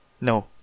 No